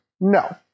No